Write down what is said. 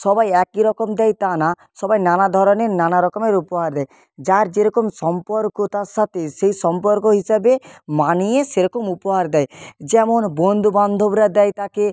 সবাই একই রকম দেয় তা না সবাই নানা ধরনের নানা রকমের উপহার দেয় যার যেরকম সম্পর্ক তার সাথে সেই সম্পর্ক হিসাবে মানিয়ে সেরকম উপহার দেয় যেমন বন্ধু বান্ধবরা দেয় তাকে